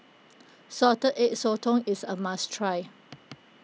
Salted Egg Sotong is a must try